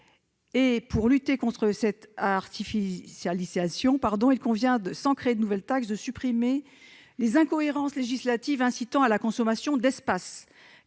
Pour lutter contre cette artificialisation, il convient, sans créer de nouvelles taxes, de supprimer les incohérences législatives incitant à la consommation d'espace.